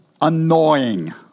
annoying